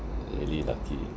really lucky